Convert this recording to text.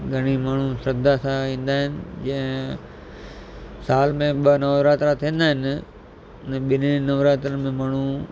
घणेई माण्हू श्रद्धा सां ईंदा आहिनि साल में ॿ नवरात्रा थींदा आहिनि ॿिनी नवरात्रनि में माण्हू